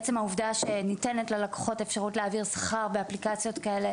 עצם העובדה שניתנת ללקוחות אפשרות להעביר שכר באפליקציות כאלה,